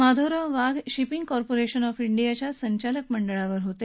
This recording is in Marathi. Madhavrao Wagh shipping corporation of इंडियाच्या संचालक मंडळावर होते